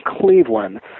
Cleveland